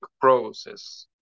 process